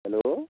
hello